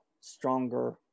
stronger